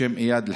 בשם איאד אלחלאק,